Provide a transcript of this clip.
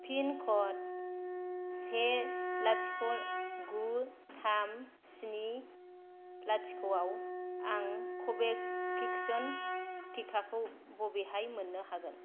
पिनक'ड से लाथिख' गु थाम स्नि लाथिख'आव आं कभेक्सिन टिकाखौ बबेहाय मोन्नो हागोन